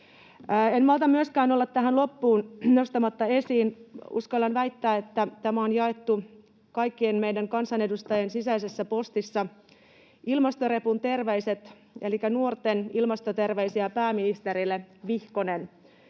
En malta myöskään olla tähän loppuun nostamatta esiin — uskallan väittää, että tämä on jaettu kaikkien meidän kansanedustajien sisäisessä postissa — ilmastorepun terveisiä elikkä Nuorten ilmastoterveisiä pääministerille -vihkosta.